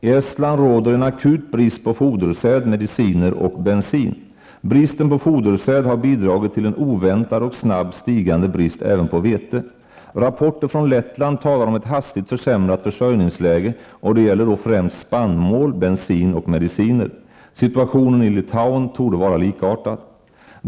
I Estland råder en akut brist på fodersäd, mediciner och bensin. Bristen på fodersäd har bidragit till en oväntad och snabbt stigande brist även på vete. Rapporter från Lettland talar om ett hastigt försämrat försörjningsläge, och det gäller då främst spannmål, bensin och mediciner. Situationen i Litauen torde vara likartad.